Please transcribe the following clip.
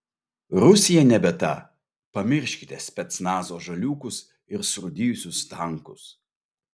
rusija nebe ta pamirškite specnazo žaliūkus ir surūdijusius tankus